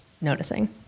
noticing